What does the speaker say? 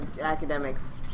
academics